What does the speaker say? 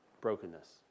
Brokenness